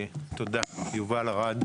תודה יובל ארד,